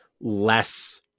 less